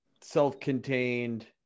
self-contained